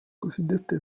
cosiddette